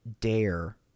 dare